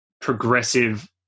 progressive